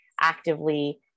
actively